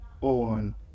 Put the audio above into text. on